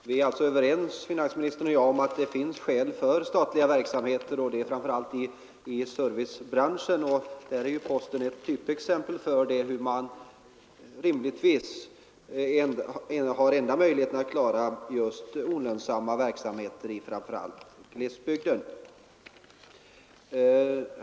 Herr talman! Vi är alltså överens om, finansministern och jag, att det finns skäl för statlig verksamhet, framför allt i servicebranscherna, och posten är ett typexempel på att en statlig insats rimligtvis är den enda möjligheten att klara olönsam verksamhet i framför allt glesbygden.